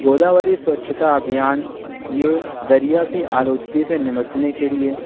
گوداوری سوچھتا ابھیان یہ دریا کی آلودگی سے نمٹنے کے لیے